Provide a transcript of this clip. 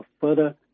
further